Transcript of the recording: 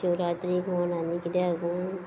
शिवरात्रीक म्हण आनी किद्याक म्हण